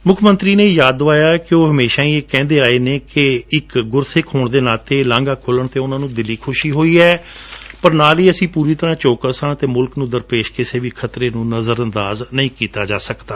ਮੁੱਖ ਮੰਤਰੀ ਨੇ ਯਾਦ ਕਰਵਾਇਆ ਕਿ ਉਹ ਹਮੇਸ਼ਾ ਹੀ ਕਹਿੰਦੇ ਆਏ ਨੇ ਕਿ ਬਤੌਰ ਇੱਕ ਗੁਰ ਸਿਖ ਹੋਣ ਦੇ ਨਾਤੇ ਇਹ ਲਾਂਘਾ ਖੁੱਲਣ ਤੇ ਉਨ੍ਹਾਂ ਨੂੰ ਦਿਲੀ ਖੁਸ਼ੀ ਹੋਈ ਹੈ ਪਰ ਨਾਲ ਹੀ ਅਸੀ ਪੂਰੀ ਤਰ੍ਹਾਂ ਚੌਕਸ ਹਾਂ ਅਤੇ ਮੁਲਕ ਨੂੰ ਦਰਪੇਸ਼ ਕਿਸੇ ਵੀ ਖਤਰੇ ਨੂੰ ਨਜਰ ਅੰਦਾਜ ਨਹੀ ਕੀਤਾ ਜਾ ਸਕਦਾ